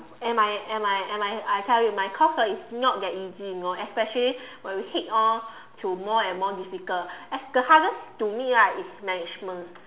and my and my and my I tell you my course hor is not that easy you know especially when we head on to more and more difficult the hardest to me right is management